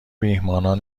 میهمانان